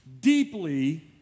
deeply